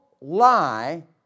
lie